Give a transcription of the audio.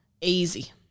Easy